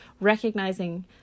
recognizing